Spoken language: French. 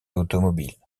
automobile